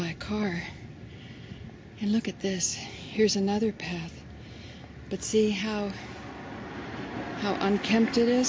by a car and look at this here's another path but see how how unkempt it is